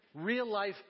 real-life